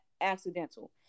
accidental